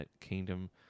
kingdom